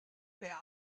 wer